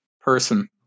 person